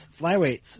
Flyweights